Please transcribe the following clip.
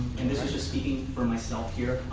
and this is just speaking for myself here,